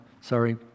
sorry